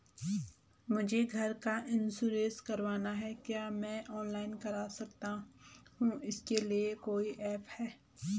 मुझे घर का इन्श्योरेंस करवाना है क्या मैं ऑनलाइन कर सकता हूँ इसके लिए कोई ऐप है?